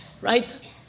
right